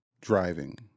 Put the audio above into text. driving